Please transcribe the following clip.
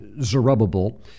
Zerubbabel